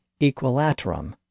equilaterum